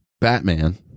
Batman